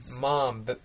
Mom